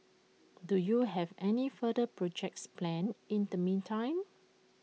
do you have any further projects planned in the meantime